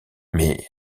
mais